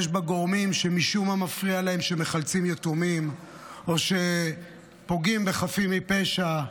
יש בה גורמים שמשום מה מפריע להם שמחלצים יתומים או שפוגעים בחפים מפשע.